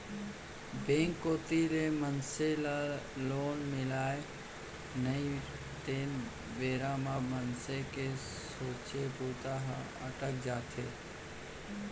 bank कोती ले मनसे ल लोन मिलय नई तेन बेरा म मनसे के सोचे बूता ह अटक जाथे